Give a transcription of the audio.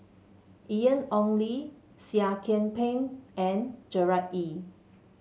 Ian Ong Li Seah Kian Peng and Gerard Ee